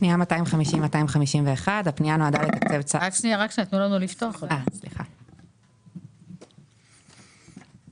250,251 משרד הבריאות.